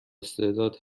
استعداد